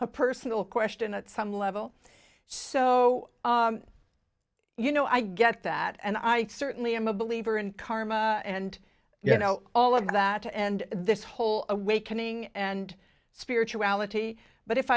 a personal question at some level so you know i get that and i certainly am a believer in karma and you know all of that and this whole awakening and spirituality but if